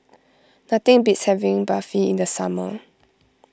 nothing beats having Barfi in the summer